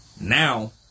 Now